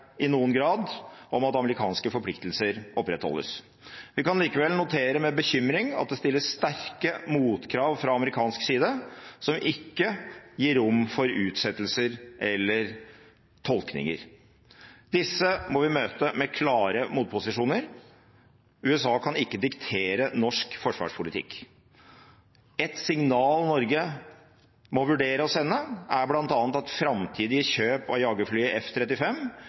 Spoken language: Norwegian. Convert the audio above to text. i noen grad – om at amerikanske forpliktelser opprettholdes. Vi kan likevel notere med bekymring at det stilles sterke motkrav fra amerikansk side, som ikke gir rom for utsettelser eller tolkninger. Disse må vi møte med klare motposisjoner. USA kan ikke diktere norsk forsvarspolitikk. Et signal Norge må vurdere å sende, er bl.a. at framtidige kjøp av jagerflyet